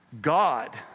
God